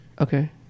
Okay